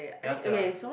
yes ya